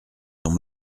sont